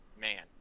Man